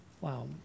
Wow